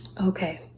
Okay